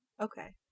Okay